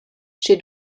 sche